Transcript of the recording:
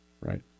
right